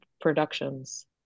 productions